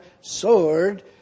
sword